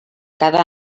cada